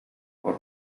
for